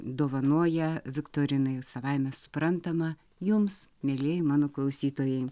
dovanoja viktorinai savaime suprantama jums mielieji mano klausytojai